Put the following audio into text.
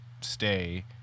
stay